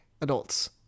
adults